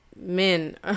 men